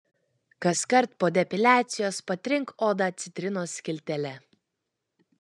kaskart po depiliacijos patrink odą citrinos skiltele